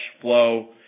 flow